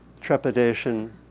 trepidation